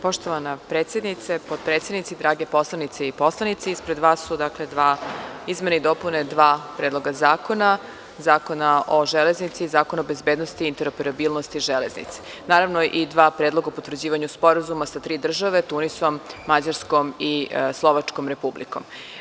Poštovana predsednice, potpredsednici, drage poslanice i poslanici, ispred vas su izmene i dopune dva predloga zakona – Zakona o železnici i Zakona bezbednosti i interoperabilnosti železnice, naravno, i dva predloga o potvrđivanju sporazuma sa tri države Tunisom, Mađarskom i Slovačkom Republikom.